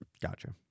Gotcha